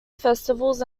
festivals